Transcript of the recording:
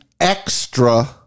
extra